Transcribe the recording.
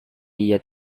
dia